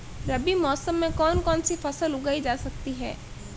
रबी मौसम में कौन कौनसी फसल उगाई जा सकती है?